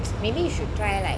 maybe you should try like